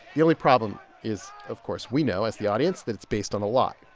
the only problem is, of course, we know as the audience, that it's based on a lie.